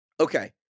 Okay